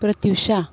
Pratyusha